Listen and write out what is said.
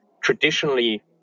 traditionally